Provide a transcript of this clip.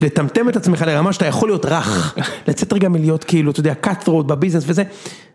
לטמטם את עצמך לרמה שאתה יכול להיות רך, לצאת רגע מלהיות כאילו, אתה יודע, cut-throat בביזנס וזה.